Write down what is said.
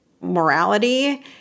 morality